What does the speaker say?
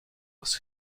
was